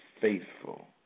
faithful